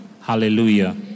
Hallelujah